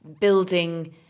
building